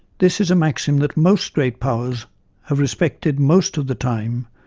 this is a maxim that most great powers have respected most of the time,